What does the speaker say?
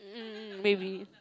mm maybe